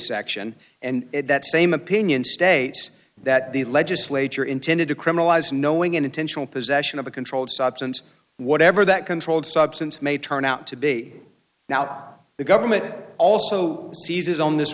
section and that same opinion states that the legislature intended to criminalize knowing an intentional possession of a controlled substance whatever that controlled substance may turn out to be now the government also seizes on this